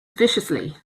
viciously